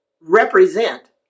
represent